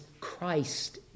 Christ